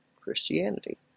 Christianity